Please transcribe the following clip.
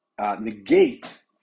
negate